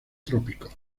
trópicos